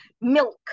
milk